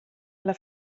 alla